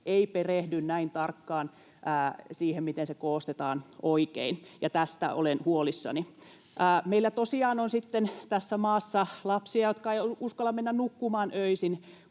ei perehdy näin tarkkaan siihen, miten se koostetaan oikein, ja tästä olen huolissani. Meillä tosiaan on sitten tässä maassa lapsia, jotka eivät uskalla mennä nukkumaan öisin,